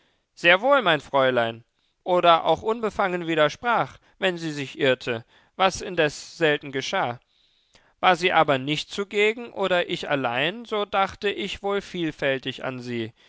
sehr wohl mein fräulein oder auch unbefangen widersprach wenn sie sich irrte was indes selten geschah war sie aber nicht zugegen oder ich allein so dachte ich wohl vielfältig an sie